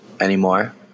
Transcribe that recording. anymore